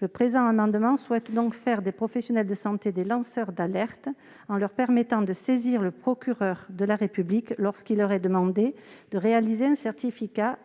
Le présent amendement vise donc à faire des professionnels de santé des lanceurs d'alerte, en leur permettant de saisir le procureur de la République lorsqu'il leur est demandé de réaliser un certificat